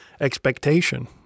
expectation